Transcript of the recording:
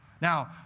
Now